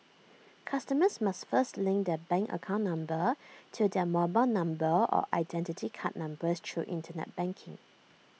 customers must first link their bank account number to their mobile number or Identity Card numbers through Internet banking